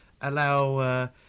allow